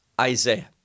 Isaiah